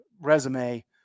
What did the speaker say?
resume